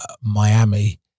Miami